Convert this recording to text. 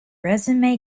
resume